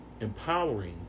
empowering